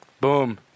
Boom